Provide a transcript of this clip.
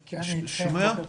אני אתכם, בוקר טוב.